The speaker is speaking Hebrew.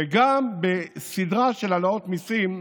וגם בסדרה של העלאות מיסים,